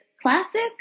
classic